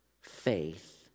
faith